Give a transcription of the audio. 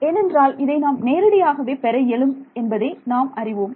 ஏனென்றால் இதை நாம் நேரடியாகவே பெற இயலும் என்பதை நாம் அறிவோம்